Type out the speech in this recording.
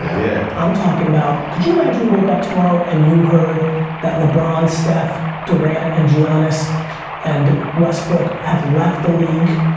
yeah i'm talkin' about, could you imagine you woke up tomorrow, and you heard that lebron, steph, durant and giannis and westbrook have left the league,